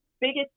biggest